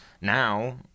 now